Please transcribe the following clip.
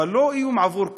אבל לא איום עבור כולם,